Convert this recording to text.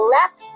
Left